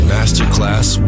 Masterclass